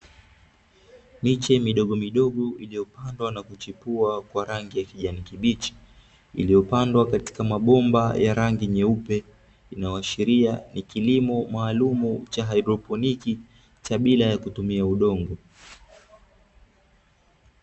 Miche midogo midogo iliopandwa na kuchepua kwa rangi ya kijani kibichi, iliopandwa katika mabomba ya rangi nyeupe. Inayoashiria ni kilimo maalumu cha haidroponi cha bila ya kutumia udongo.